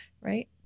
right